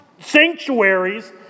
sanctuaries